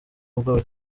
ubwoba